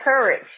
courage